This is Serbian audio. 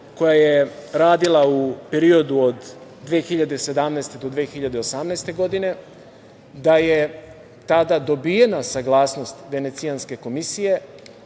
koja je radila u periodu od 2017. do 2018. godine, da je tada dobijena saglasnost Venecijanske komisije,